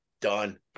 done